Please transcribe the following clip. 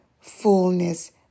fullness